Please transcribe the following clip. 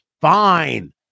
fine